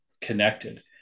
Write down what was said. connected